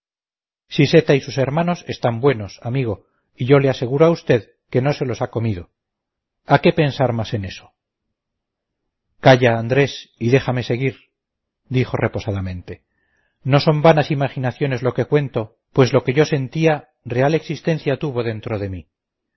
cerebro siseta y sus hermanos están buenos amigo y yo le aseguro a usted que no se los ha comido a qué pensar más en eso calla andrés y déjame seguir dijo reposadamente no son vanas imaginaciones lo que cuento pues lo que yo sentía real existencia tuvo dentro de mí